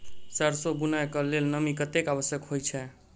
सैरसो बुनय कऽ लेल नमी कतेक आवश्यक होइ छै?